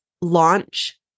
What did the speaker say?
launch